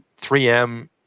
3M